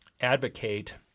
advocate